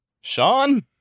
Sean